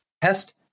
test